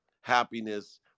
happiness